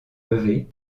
levées